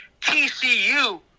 TCU